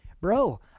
bro